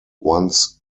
once